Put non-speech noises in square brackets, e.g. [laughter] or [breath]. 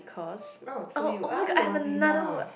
[breath] oh so you are nosy now